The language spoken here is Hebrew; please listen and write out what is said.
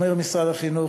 אומר משרד החינוך,